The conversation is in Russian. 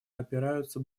опираются